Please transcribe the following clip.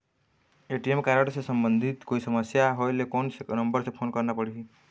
ATM card से संबंधित कोई समस्या होय ले, कोन से नंबर से फोन करना पढ़ही?